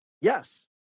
yes